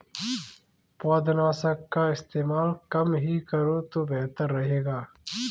पौधनाशक का इस्तेमाल कम ही करो तो बेहतर रहेगा